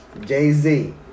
Jay-Z